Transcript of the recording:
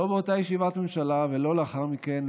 לא באותה ישיבת ממשלה ולא לאחר מכן,